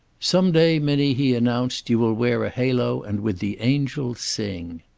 some day, minnie, he announced, you will wear a halo and with the angels sing.